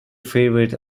favourite